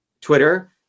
Twitter